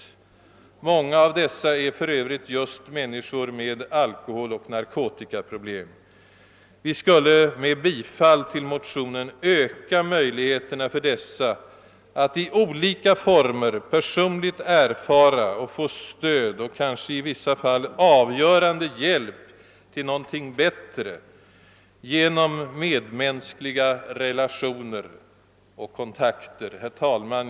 Många av dessa är för övrigt människor med alkoholoch narkotikaproblem. Vi skulle med ett bifall till motionen kunna öka möjligheterna för dessa att i olika former få personligt stöd och kanske i vissa fall avgörande hjälp till någonting bättre genom medmänskliga relationer och kontakter. Herr talman!